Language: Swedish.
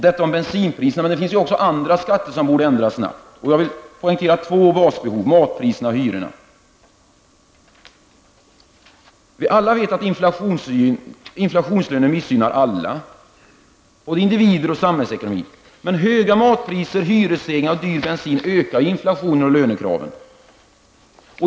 Det finns också andra skatter som borde ändras snabbt. Jag vill poängtera två basbehov: matpriserna och hyrorna. Alla vet att inflationslöner missgynnar alla, såväl individer som samhällsekonomi. Höga matpriser, hyresstegringar och dyr bensin ökar inflationen och lönekrav.